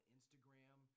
Instagram